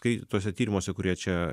kai tuose tyrimuose kurie čia